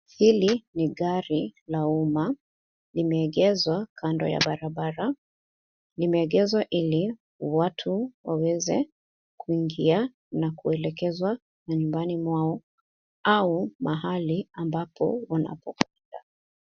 Hili ni gari la umma . Limeegeshwa kando ya barabara . Limeegeshwa ili watu waweze kuingia na kuelekezwa manyumbani mwao au mahali ambapo wanapokwenda.